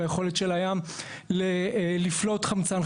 ביכולת של הים לפלוט חמצן.